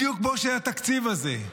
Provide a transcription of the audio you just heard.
בדיוק כמו שבתקציב הזה,